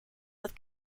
with